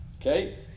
okay